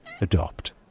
Adopt